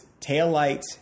taillights